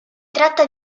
tratta